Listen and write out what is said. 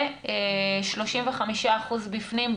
ו-35% בפנים,